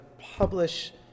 publish